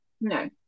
No